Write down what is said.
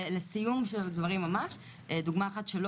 לסיום הדברים ממש אני רוצה להגיד דוגמה אחת שלא